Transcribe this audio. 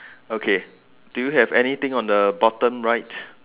okay do you have anything on the bottom right